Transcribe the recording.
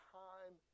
time